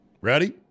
Ready